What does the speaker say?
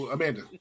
Amanda